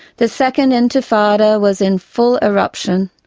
the second intifada was in full eruption,